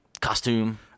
costume